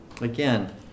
Again